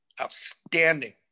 outstanding